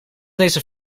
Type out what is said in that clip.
deze